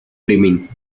dreaming